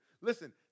Listen